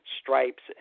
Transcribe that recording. stripes